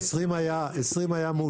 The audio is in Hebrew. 2020,